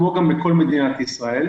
כמו גם בכל מדינת ישראל.